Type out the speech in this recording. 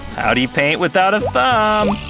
how'd he paint without a thumb!